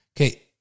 Okay